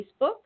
Facebook